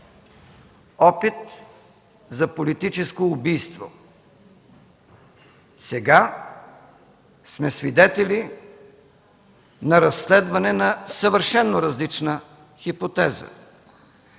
опит за политическо убийство. Сега сме свидетели на разследване на съвършено различна хипотеза